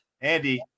Andy